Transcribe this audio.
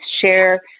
share